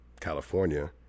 California